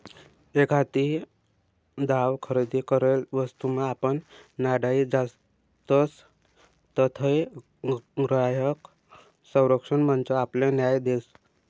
एखादी दाव खरेदी करेल वस्तूमा आपण नाडाई जातसं तधय ग्राहक संरक्षण मंच आपले न्याय देस